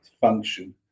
function